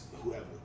whoever